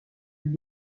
lui